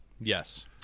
Yes